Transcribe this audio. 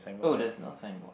oh there's no signboard